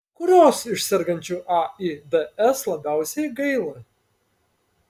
kurios iš sergančių aids labiausiai gaila